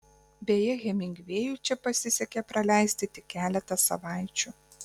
beje hemingvėjui čia pasisekė praleisti tik keletą savaičių